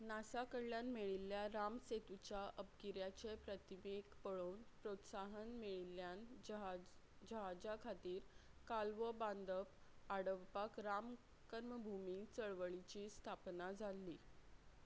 NASA कडल्यान मेळिल्ल्या रामसेतुच्या उपघकिऱ्याचे प्रतिभेक पळोवन प्रोत्साहन मेळिल्ल्यान जहा जहाजा खातीर काल्वो बांदप आडावपाक राम कर्मभुमी चळवळीची स्थापना जाल्ली